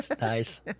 Nice